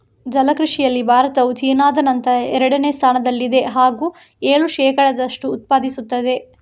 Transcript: ಜಲ ಕೃಷಿಯಲ್ಲಿ ಭಾರತವು ಚೀನಾದ ನಂತರ ಎರಡನೇ ಸ್ಥಾನದಲ್ಲಿದೆ ಹಾಗೂ ಏಳು ಶೇಕಡದಷ್ಟು ಉತ್ಪಾದಿಸುತ್ತದೆ